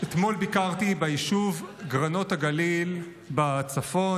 אתמול ביקרתי ביישוב גרנות הגליל בצפון,